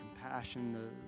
compassion